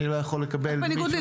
בניגוד לי?